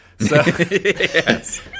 Yes